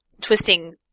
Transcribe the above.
twisting